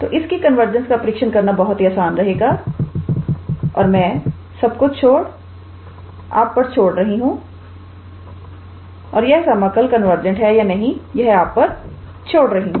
तो इसकी कन्वर्जेंस का प्रशिक्षण करना बहुत आसान रहेगा और मैं इस सबको छोड़ रही हूं और यह समाकल कन्वर्जेंट है या नहीं यह आप पर छोड़ रही हैं